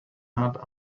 had